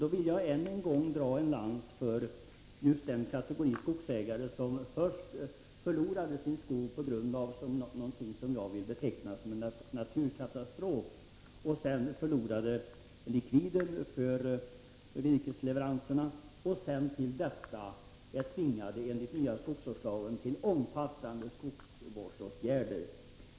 Då vill jag än en gång dra en lans för den kategori skogsägare som först förlorade sin skog på grund av någonting som jag vill beteckna som en naturkatastrof, som därefter förlorade likvider för virkesleveranserna och sedan till detta är tvingade enligt den nya skogsvårdslagen till omfattande skogsvårdsåtgärder.